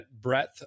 breadth